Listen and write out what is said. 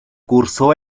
cursó